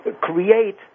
create